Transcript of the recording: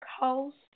Coast